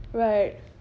right